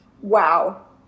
wow